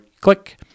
click